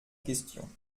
question